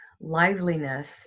liveliness